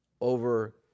over